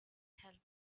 helped